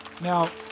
Now